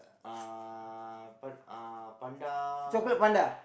uh pan~ uh panda